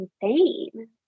insane